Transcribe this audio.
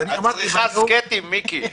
את צריכה סקטים, מיקי.